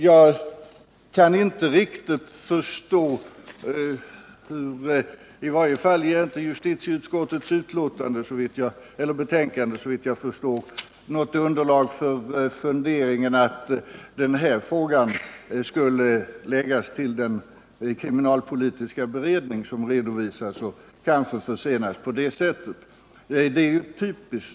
Jag kan inte riktigt förstå —i varje fall ger inte justitieutskottets betänkande något underlag för sådana funderingar — att frågan skulle behöva läggas till den kriminalpolitiska beredning som redovisas och därigenom kanske försenas.